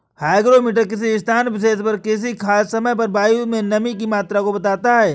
hygrometer किसी स्थान विशेष पर किसी खास समय पर वायु में नमी की मात्रा को बताता है